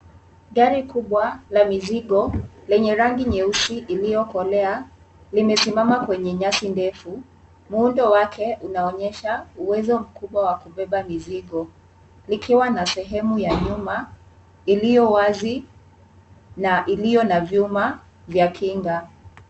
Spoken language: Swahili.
Gari kubwa la mizigo lenye rangi nyeusi iliyokolea limesimama kwenye nyasi ndefu. Muundo wake unaonyesha uwezo mkubwa wa kubeba mizigo likiwa na sehemu ya nyuma iliyo wazi na iliyo na vyuma vya kinga.